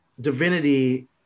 divinity